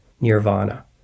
nirvana